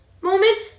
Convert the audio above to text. moment